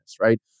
right